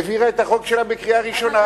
העבירה את החוק שלה בקריאה ראשונה,